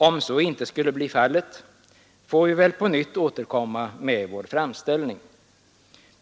Om så inte skulle bli fallet, får vi väl återkomma med vår framställning.